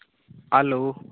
hello